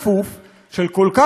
של כל כך הרבה אנשים,